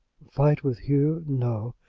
fight with hugh! no.